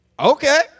Okay